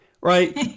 right